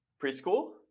Preschool